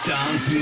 Dance